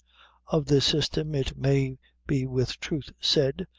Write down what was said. of this system, it may be with truth said,